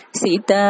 Sita